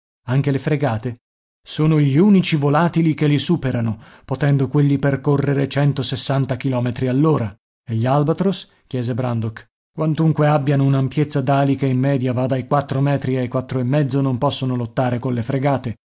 anche le fregate sono gli unici volatili che li superano potendo quelli percorrere centosessanta chilometri all'ora e gli albatros chiese brandok quantunque abbiano un'ampiezza d'ali che in media va dai quattro metri ai quattro e mezzo non possono lottare colle fregate